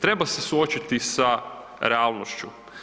Treba se suočiti sa realnošću.